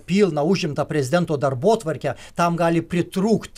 pilną užimtą prezidento darbotvarkę tam gali pritrūkt